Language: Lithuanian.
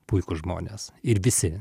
puikūs žmonės ir visi